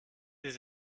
des